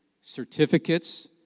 certificates